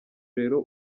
rero